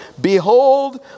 Behold